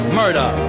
murder